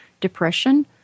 depression